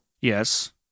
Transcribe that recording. Yes